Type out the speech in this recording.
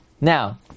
Now